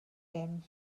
dim